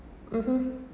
(uh huh)